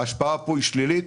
ההשפעה שלילית,